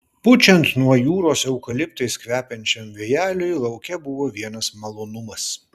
pučiant nuo jūros eukaliptais kvepiančiam vėjeliui lauke buvo vienas malonumas